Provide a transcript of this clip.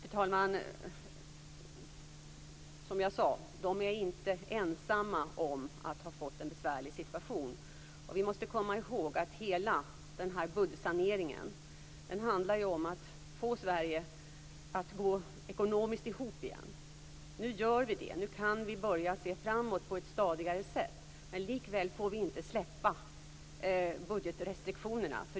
Fru talman! Som jag sade är de inte ensamma om att ha fått en besvärlig situation. Vi måste komma ihåg att hela budgetsaneringen handlar om att få Sverige att gå ihop ekonomiskt igen. Nu är det så. Nu kan vi börja se framåt på ett stadigare sätt. Men vi får likväl inte släppa budgetrestriktionerna.